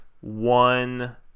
one